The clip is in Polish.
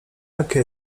jakie